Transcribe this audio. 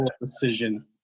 decision